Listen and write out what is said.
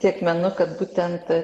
tiek menu kad būtent